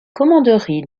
commanderie